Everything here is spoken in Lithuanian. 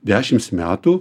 dešims metų